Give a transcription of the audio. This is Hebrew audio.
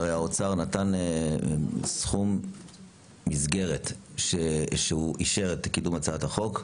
האוצר נתן סכום מסגרת ואישר את קידום הצעת החוק,